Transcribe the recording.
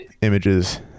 images